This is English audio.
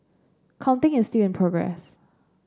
counting is still in progress